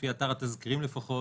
לפי אתר התזכירים לפחות,